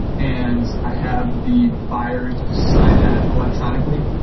and i have the buyer sign that electronically,